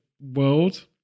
world